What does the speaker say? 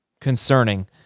concerning